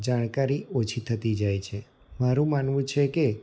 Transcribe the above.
જાણકારી ઓછી થતી જાય છે મારું માનવું છે કે